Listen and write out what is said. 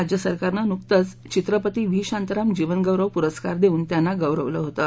राज्यसरकारनं नुकतच चित्रपती व्ही शांताराम जीवन गौरव पुरस्कार देऊन त्यांना गौरवलं होतं